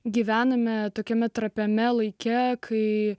gyvename tokiame trapiame laike kai